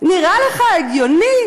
נראה לך הגיוני?